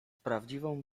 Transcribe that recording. prawdziwą